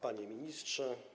Panie Ministrze!